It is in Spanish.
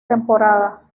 temporada